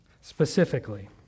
specifically